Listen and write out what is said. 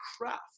craft